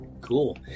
cool